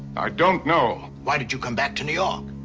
i don't know! why did you come back to new york?